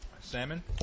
Salmon